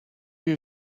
you